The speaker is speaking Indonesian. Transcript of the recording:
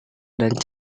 dan